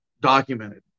documented